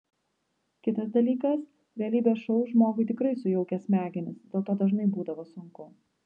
kitas dalykas realybės šou žmogui tikrai sujaukia smegenis dėl to dažnai būdavo sunku